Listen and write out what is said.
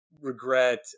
regret